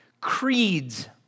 Creeds